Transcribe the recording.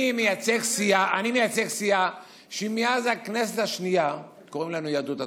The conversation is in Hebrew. אני מייצג סיעה שמאז הכנסת השנייה קוראים לנו יהדות התורה.